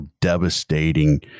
devastating